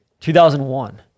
2001